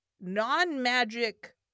non-magic